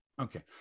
okay